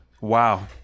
Wow